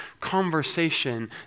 conversation